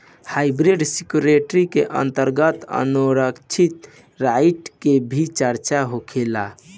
hybrid security के अंतर्गत ownership right के भी चर्चा होखेला